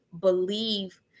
believe